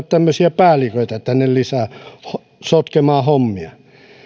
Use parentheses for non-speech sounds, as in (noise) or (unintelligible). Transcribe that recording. (unintelligible) tämmöisiä päälliköitä tänne sotkemaan hommia